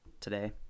today